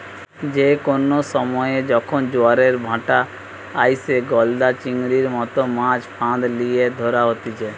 যে কোনো সময়ে যখন জোয়ারের ভাঁটা আইসে, গলদা চিংড়ির মতো মাছ ফাঁদ লিয়ে ধরা হতিছে